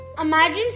Imagine